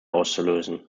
auszulösen